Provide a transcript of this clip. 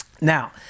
Now